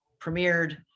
premiered